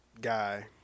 guy